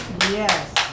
Yes